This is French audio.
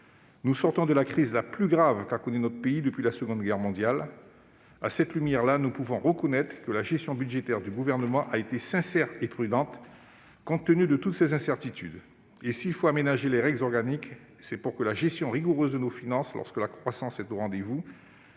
Nous sortons de la crise la plus grave qu'a connue notre pays depuis la Seconde Guerre mondiale. À cette aune, nous pouvons reconnaître que la gestion budgétaire du Gouvernement a été sincère et prudente, compte tenu de toutes ces incertitudes. S'il faut aménager les règles organiques, c'est pour que la gestion rigoureuse de nos finances, lorsque la croissance est au rendez-vous,